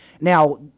Now